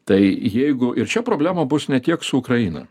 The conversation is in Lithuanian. tai jeigu ir čia problema bus ne tiek su ukraina